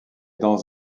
dans